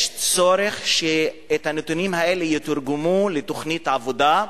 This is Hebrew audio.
יש צורך שהנתונים האלה יתורגמו לתוכנית עבודה,